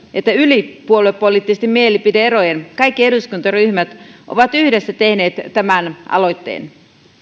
että yli puoluepoliittisen mielipide erojen kaikki eduskuntaryhmät ovat yhdessä tehneet tämän aloitteen